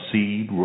Seed